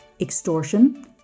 Extortion